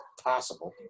possible